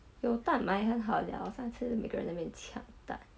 有蛋买很好了上次每个人那边抢蛋